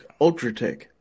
Ultratech